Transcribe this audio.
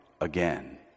again